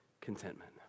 contentment